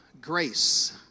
grace